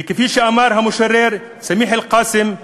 וכפי שאמר המשורר סמיח אלקאסם,